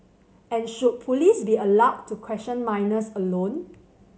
and should police be allowed to question minors alone